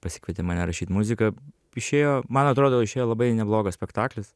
pasikvietė mane rašyt muziką išėjo man atrodo išėjo labai neblogas spektaklis